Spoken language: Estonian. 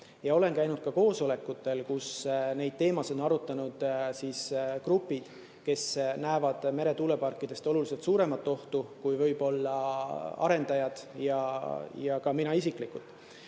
Olen käinud ka koosolekutel, kus neid teemasid on arutanud grupid, kes näevad meretuuleparkides oluliselt suuremat ohtu kui võib-olla arendajad ja ka mina isiklikult.